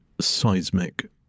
seismic